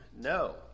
No